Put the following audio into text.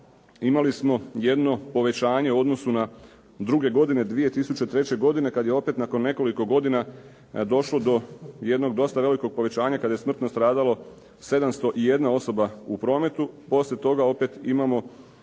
Imali smo jedno povećanje u odnosu na druge godine, 2003. godine kada je opet nakon nekoliko godina došlo do jednog dosta velikog povećanja kada je smrtno stradalo 701 osoba u prometu,